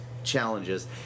Challenges